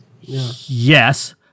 yes